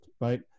right